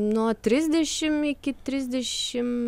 nuo trisdešim iki trisdešim